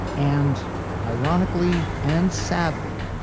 and ironically and sadly,